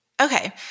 Okay